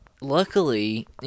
Luckily